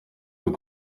azwi